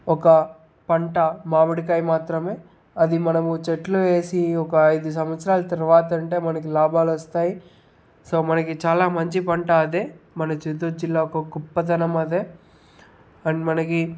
ఒక పంట మావిడికాయ మాత్రమే అది మనము చెట్లు వేసి ఒక ఐదు సంవత్సరాలు తర్వాత తింటే మనకి లాభాలు వస్తాయి సో మనకి చాలా మంచి పంట అదే మన చిత్తూరు జిల్లా గొప్పతనం అదే అండ్ మనకి